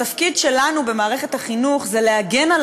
התפקיד שלנו במערכת החינוך זה להגן על